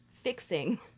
fixing